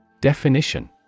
Definition